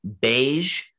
beige